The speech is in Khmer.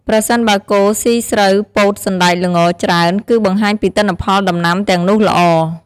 ប្រសិនបើគោស៊ី ស្រូវ ពោត សណ្តែក ល្ង ច្រើន គឺបង្ហាញពីទិន្នផលដំណាំទាំងនោះល្អ។